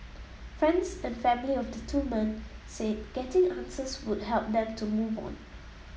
friends and family of the two men said getting answers would help them to move on